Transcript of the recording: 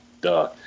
duh